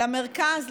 למרכז,